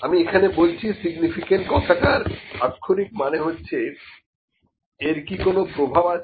আমি এখানে বলছি সিগনিফিকেন্ট কথাটার আক্ষরিক মানে হচ্ছে এর কি কোন প্রভাব আছে